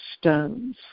stones